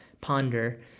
ponder